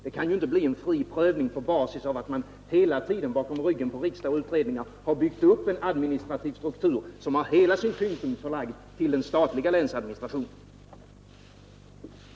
Det kan ju inte bli en fri prövning på basis av att man hela tiden bakom ryggen på riksdag och utredningar har byggt upp en administrativ struktur som har hela sin tyngdpunkt förlagd till den statliga länsadministrationen.